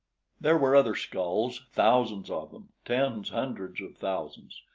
there were other skulls thousands of them tens, hundreds of thousands.